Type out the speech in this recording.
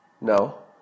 No